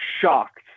shocked